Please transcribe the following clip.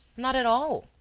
not at all.